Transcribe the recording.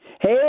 Hey